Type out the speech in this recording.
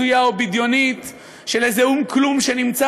הזויה ובדיונית של איזה או"ם-כלום שנמצא